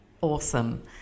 awesome